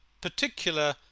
particular